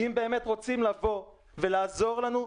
אם באמת רוצים לבוא ולעזור לנו,